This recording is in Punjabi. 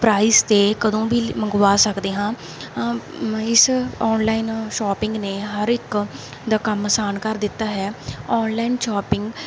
ਪ੍ਰਾਈਸ 'ਤੇ ਕਦੋਂ ਵੀ ਮੰਗਵਾ ਸਕਦੇ ਹਾਂ ਇਸ ਔਨਲਾਈਨ ਸ਼ੋਪਿੰਗ ਨੇ ਹਰ ਇੱਕ ਦਾ ਕੰਮ ਆਸਾਨ ਕਰ ਦਿੱਤਾ ਹੈ ਔਨਲਾਈਨ ਸ਼ੋਪਿੰਗ